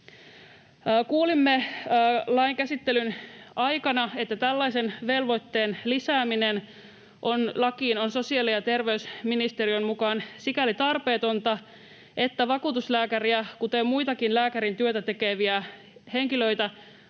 Kuulimme lain käsittelyn aikana, että tällaisen velvoitteen lisääminen lakiin on sosiaali- ja terveysministeriön mukaan sikäli tarpeetonta, että vakuutuslääkäriä kuten muitakin lääkärin työtä tekeviä henkilöitä